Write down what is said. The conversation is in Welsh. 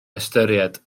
ystyried